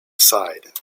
side